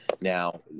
Now